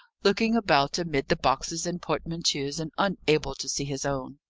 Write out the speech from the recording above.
looking about amid the boxes and portmanteaus, and unable to see his own.